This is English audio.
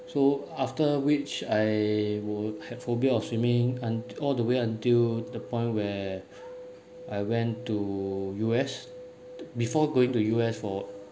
so after which I would have phobia of swimming and all the way until the point where I went to U_S before going to U_S for